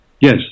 Yes